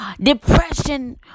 depression